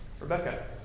Rebecca